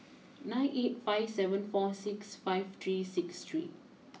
nine eight five seven four six five three six three